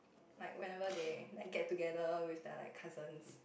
like whenever they get together with their like cousins